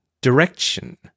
direction